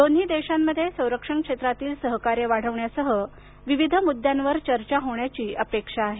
दोन्ही देशामध्ये संरक्षण क्षेत्रातील सहकार्य वाढवण्यासह विविध मुद्द्यांवर चर्चा होण्याची अपेक्षा आहे